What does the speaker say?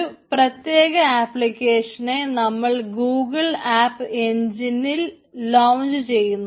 ഒരു പ്രത്യേക ആപ്ലിക്കേഷനെ നമ്മൾ ഗൂഗിൾ ആപ്പ് എൻജിനിൽ ലോഞ്ച് ചെയ്തു